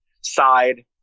side